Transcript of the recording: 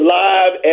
live